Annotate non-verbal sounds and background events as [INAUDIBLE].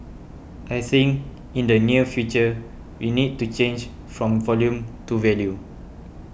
I think in the near future we need to change from volume [NOISE] to value